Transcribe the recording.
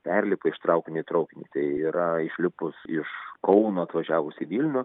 perlipa iš traukinio į traukinį tai yra išlipus iš kauno atvažiavus į vilnių